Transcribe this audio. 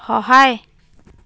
সহায়